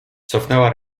cofnęła